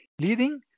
leading